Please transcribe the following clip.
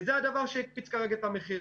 וזה הדבר שהקפיץ כרגע את המחיר.